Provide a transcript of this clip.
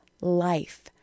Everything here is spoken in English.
life